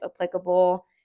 applicable